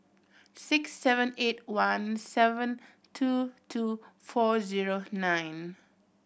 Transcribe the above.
six seven eight one seven two two four zero nine